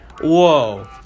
Whoa